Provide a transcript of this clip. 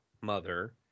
mother